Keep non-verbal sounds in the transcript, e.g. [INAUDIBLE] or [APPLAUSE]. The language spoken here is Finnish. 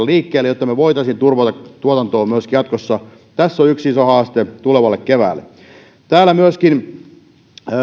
[UNINTELLIGIBLE] liikkeelle jotta me voisimme turvata tuotantoa myöskin jatkossa tässä on yksi iso haaste tulevalle keväälle täällä myöskin